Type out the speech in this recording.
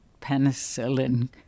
penicillin